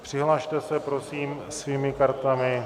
Přihlaste se prosím svými kartami.